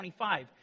25